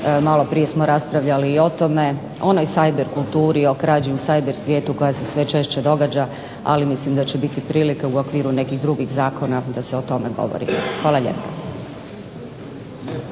maloprije smo raspravljali o tome, o onoj cyber kulturi, o krađi u cyber svijetu koja se sve češće događa, ali mislim da će biti prilike u okviru nekih drugih zakona da se o tome govori. Hvala lijepo.